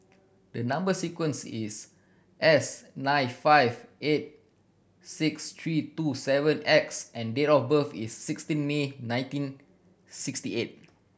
the number sequence is S nine five eight six three two seven X and date of birth is sixteen May nineteen sixty eight